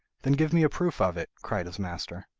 then give me a proof of it cried his master.